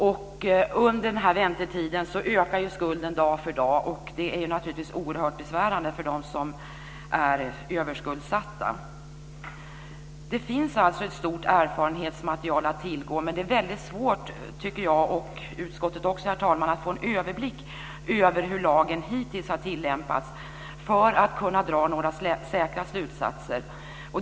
Och under denna väntetid så ökar ju skulden dag för dag, vilket naturligtvis är oerhört besvärande för dem som är överskuldsatta. Det finns alltså ett stort erfarenhetsmaterial att tillgå, men det är väldigt svårt, tycker jag och utskottet, att få en överblick över hur lagen hittills har tilllämpats för att kunna dra några säkra slutsatser.